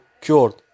cured